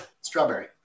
strawberry